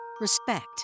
respect